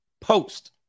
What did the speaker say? Post